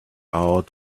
out